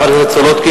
חברת הכנסת סולודקין,